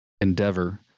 endeavor